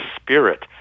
spirit